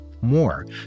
more